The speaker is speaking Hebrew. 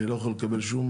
אני לא יכול לקבל שום,